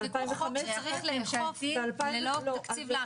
חוקקתם חוק שצריך לאכוף, ללא תקציב לאכיפה?